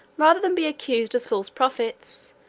rather than be accused as false prophets,